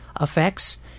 effects